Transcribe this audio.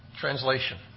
translation